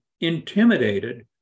intimidated